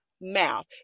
mouth